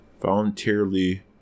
voluntarily